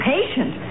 Patient